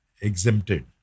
exempted